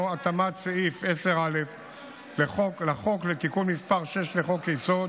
התאמת סעיף 10א לחוק לתיקון מס' 6 לחוק-יסוד: